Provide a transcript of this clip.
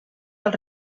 del